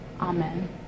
Amen